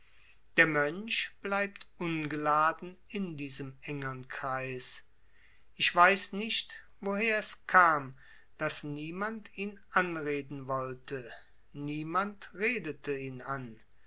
der mönch bleibt ungeladen in diesem engern kreis ich weiß nicht woher es kam daß niemand ihn anreden wollte niemand redete ihn an